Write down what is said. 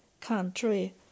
country